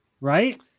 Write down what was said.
right